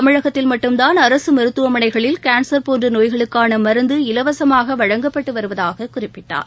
தமிழகத்தில் மட்டும்தான் அரசு மருத்துவமனைளில் கேன்சா் போன்ற நோய்களுக்கான மருந்து இலவசமாக வழங்கப்பட்டு வருவதாகக் குறிப்பிட்டார்